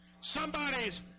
somebody's